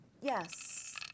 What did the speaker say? Yes